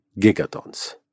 gigatons